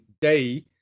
day